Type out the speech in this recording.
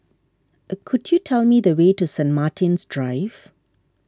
could you tell me the way to Saint Martin's Drive